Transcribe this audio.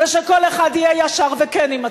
ושכל אחד יהיה ישר וכן עם עצמו.